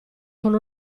con